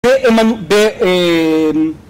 באמנ... באה...